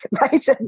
right